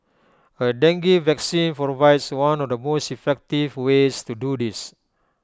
A dengue vaccine provides one of the most effective ways to do this